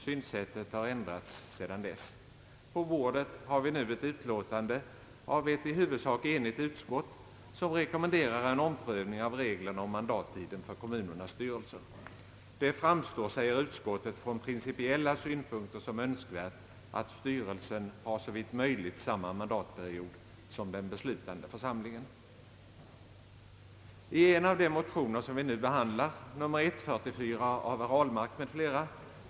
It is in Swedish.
Synsättet har ändrats sedan dess, På bordet har vi nu ett utlåtande av ett i huvudsak enigt utskott, som rekommenderar en omprövning av reglerna om mandattiden för kommunernas styrelser. »Det framstår», säger utskottet, »från principiella synpunkter som önskvärt, att styrelsen har såvitt möjligt samma mandatperiod som den beslutande församlingen». I en av de motioner som vi nu behandlar — nr 1:44 av herr Ahlmark m, fl.